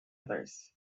others